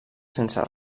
sense